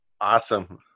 Awesome